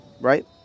right